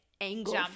Angle